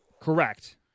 Correct